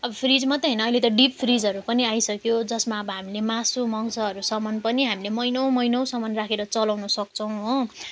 अब फ्रिज मात्र होइन अहिले त डिप फ्रिजहरू पनि आइसक्यो जसमा अब हामीले मासु मांसहरूसम्म पनि हामीले महिनौँ महिनौँसम्म राखेर चलाउन सक्छौँ हो